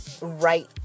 right